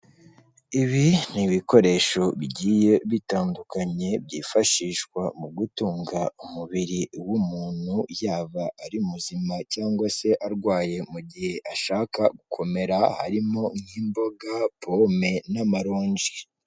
Ibi ni ibikoresho bigiye bitandukanye byifashishwa mu gutunga umubiri w'umuntu, yaba ari muzima cyangwa se arwaye mu gihe ashaka gukomera, harimo nk'imboga, pome n'amaronji.